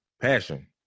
passion